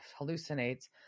hallucinates